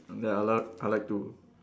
that I love I like to